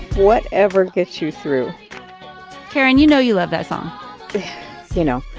whatever gets you through karen, you know you love that song you know,